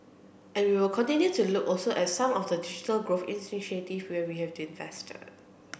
and we would continue to look also at some of the growth initiative where we have invested